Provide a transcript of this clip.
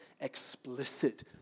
explicit